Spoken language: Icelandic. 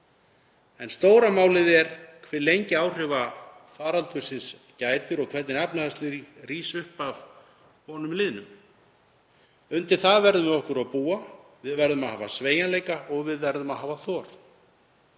En stóra málið er hve lengi áhrifa faraldursins gætir og hvernig efnahagslíf rís upp að honum liðnum. Undir það verðum við að búa okkur. Við verðum að hafa sveigjanleika og við verðum að hafa þor.